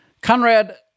Conrad